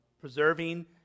preserving